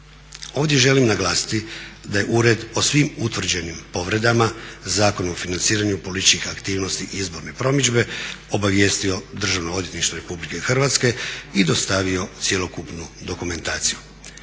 Ovdje želim naglasiti da je ured o svim utvrđenim povredama Zakona o financiranju političkih aktivnosti i izborne promidžbe obavijestio Državno odvjetništvo RH i dostavio cjelokupnu dokumentaciju.